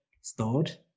Stored